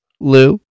Lou